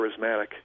charismatic